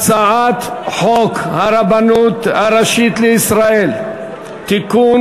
הצעת חוק הרבנות הראשית לישראל (תיקון,